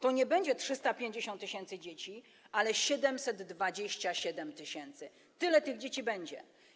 To nie będzie 350 tys. dzieci, ale 727 tys., tyle tych dzieci będzie.